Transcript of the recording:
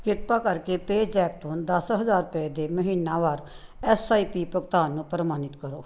ਕਿਰਪਾ ਕਰਕੇ ਪੇਜ਼ੈਪ ਤੋਂ ਦਸ ਹਜ਼ਾਰ ਰੁਪਏ ਦੇ ਮਹੀਨਾਵਾਰ ਐਸ ਆਈ ਪੀ ਭੁਗਤਾਨ ਨੂੰ ਪ੍ਰਮਾਣਿਤ ਕਰੋ